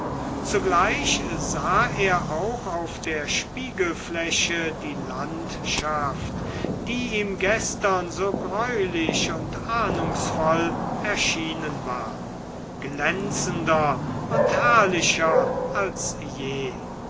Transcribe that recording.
zugleich sah er auch auf der spiegelfläche die landschaft die ihm gestern so greulich und ahnungsvoll erschienen war glänzender und herrlicher als je